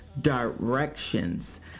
directions